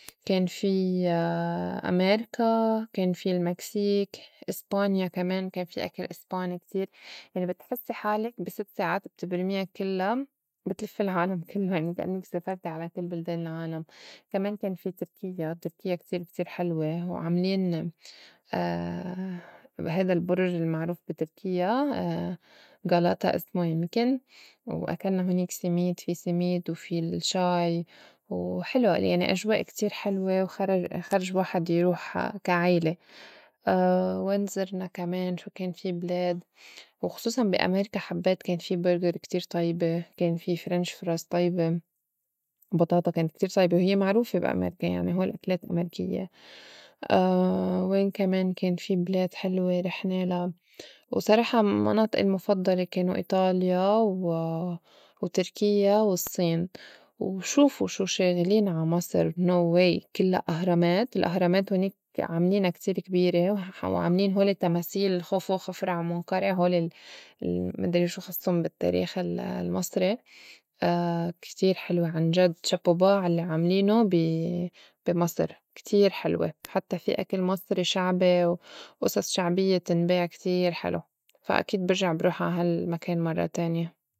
كان في أميركا، كان في المكسيك، إسبانيا، كمان كان في أكل إسباني كتير، يعني بتحسّي حالك بي ست ساعات بتبرميا كِلّا بتلفي العالم كلّو يعني كإنك سافرتي على كل بلدان العالم، كمان كان في تركيّا تركيّا كتير كتير حلوة، وعاملين بي هيدا البُرج المعروف بي تركيّا غالتا اسمه يمكن، وأكلنا هونيك سِميت في سِميت وفي الشّاي، وحلو يعني أجواء كتير حلوة وخرج- خرج واحد يروح كا عيلة. وين زرنا كمان؟ شو كان في بلاد؟ وخصوصاً بي أميركا حبّيت كان في برجر كتير طيبة، كان في French fries طيبة بطاطا كانت كتير طيبة وهيّ معروفة بي أميركا يعني هول أكلات أميركيّة وين كمان كان في بلاد حلوة رِحنالا؟ وصراحة مناطقي المُفضّلة كانوا إيطاليا و تركيّا والصّين، وشوفه شو شاغلين عا مصر no way! كِلّا أهرامات. الأهرامات هونيك عاملينا كتير كبيرة وعاملين هولي التماثيل خوفو وخفرع ومنقرع هول المدرى شو خصُّن بالتّاريخ ال- المصري كتير حلوة عنجد chapeau ba على عاملينه بي- بي مصر كتير حلوة، حتّى في أكل مصري شعبي وأصص شعبيّة تنباع كتير حِلو فا أكيد برجع بروح عا هالمكان مرّة تانية.